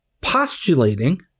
postulating –